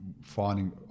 finding